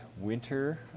winter